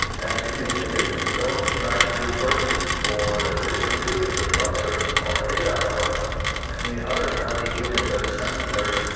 and if you in addition don't lack resources for let's say, a compute infrastructure, or data or any other kind of ingredient that is necessary,